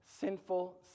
sinful